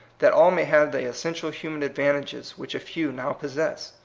that all may have the essential human advantages which a few now possess.